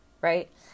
right